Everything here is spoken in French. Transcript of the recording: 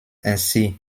ainsi